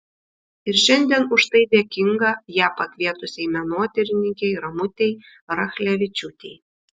ir šiandien už tai dėkinga ją pakvietusiai menotyrininkei ramutei rachlevičiūtei